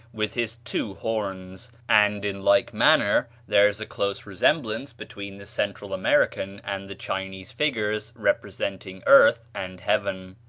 with his two horns and, in like manner, there is a close resemblance between the central american and the chinese figures representing earth and heaven.